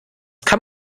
kann